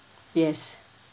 yes